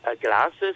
glasses